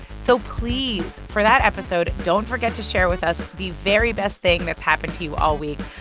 so please, for that episode, don't forget to share with us the very best thing that's happened to you all week.